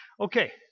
Okay